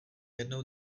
jednou